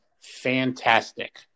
fantastic